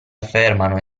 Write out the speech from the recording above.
affermano